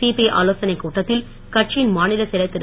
CBI ஆலோசனைக் கூட்டத்தில் கட்சியின் மாநிலச் செயலர் திரு